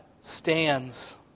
stands